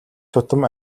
тутам